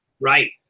Right